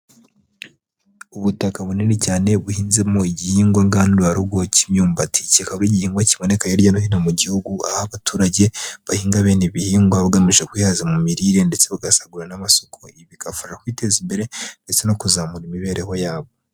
Ubutaka bunini cyane buhinzemo igihingwa ngandurarugo cy'imyumbati. Kikaba ari igihingwa kiboneka hirya no hino mu gihugu, aho abaturage bahinga bene ibihingwa bagamije kwihaza mu mirire ndetse bagasagurira n'amasoko, ibi bigafasha kwiteza imbere ndetse no kuzamura imibereho yabo.